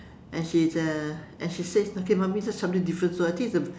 and she is a and she says okay mummy that something different so I think it's a